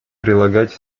прилагать